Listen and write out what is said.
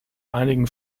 einigen